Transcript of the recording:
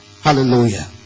Hallelujah